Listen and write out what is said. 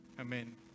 Amen